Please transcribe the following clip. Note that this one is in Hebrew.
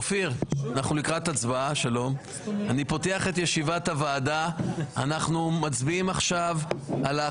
ואופיר כץ שיהיה יושב-ראש הוועדה; סיעת יש עתיד שני חברים: